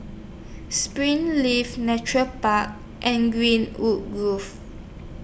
Springleaf Nature Park and Greenwood Grove